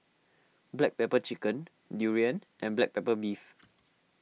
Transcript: Black Pepper Chicken Durian and Black Pepper Beef